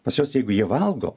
pas juos jeigu jie valgo